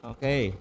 Okay